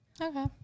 Okay